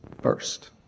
first